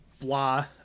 blah